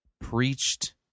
preached